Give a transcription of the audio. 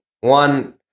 one